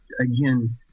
again